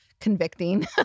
Convicting